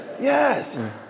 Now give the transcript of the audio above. yes